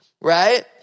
right